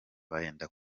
benda